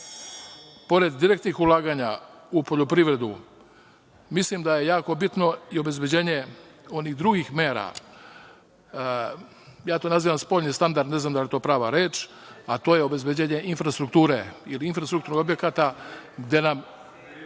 pored direktnih ulaganja u poljoprivredu, mislim da je jako bitno i obezbeđenje onih drugih mera. Ja to nazivam spoljni standard. Ne znam da li je to prava reč, a to je obezbeđenje infrastrukture ili infrastrukturnih objekata, gde nam